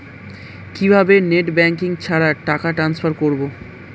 কিভাবে net banking ছাড়া টাকা টান্সফার করব?